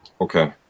Okay